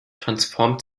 transformed